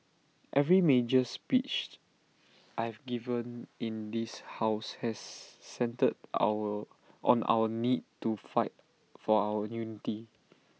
every major speeched I've given in this house has centred our on our need to fight for our unity